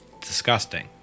disgusting